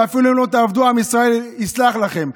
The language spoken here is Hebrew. ואפילו אם לא תעבדו, עם ישראל יסלח לכם.